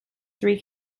three